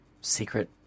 secret